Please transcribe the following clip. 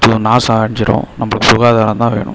இப்போ நாசம் அடைஞ்சிரும் நம்பளுக்கு சுகாதாரம் தான் வேணும்